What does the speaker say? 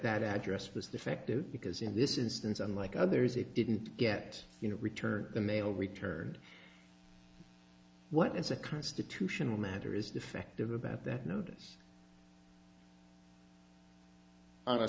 that address was defective because in this instance unlike others it didn't get you to return the mail returned what is a constitutional matter is defective about that notice on a